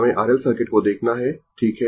हमें RL circuit को देखना है ठीक है